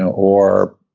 yeah or